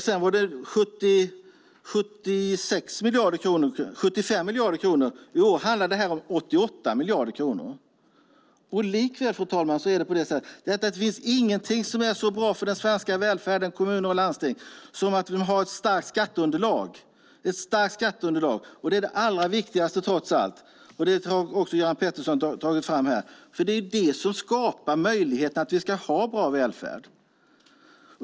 Sedan var det 75 miljarder kronor. I år handlar det om 88 miljarder kronor. Det finns ingenting som är så bra för den svenska välfärden och för kommuner och landsting som att ha ett starkt skatteunderlag. Det är trots allt det allra viktigaste. Det tog också Göran Pettersson upp. Det skapar möjligheten för en bra välfärd.